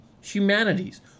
humanities